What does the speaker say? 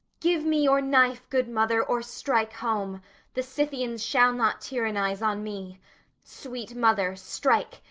give me your knife, good mother, or strike home the scythians shall not tyrannize on me sweet mother, strike,